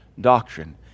doctrine